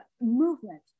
Movement